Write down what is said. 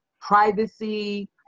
privacy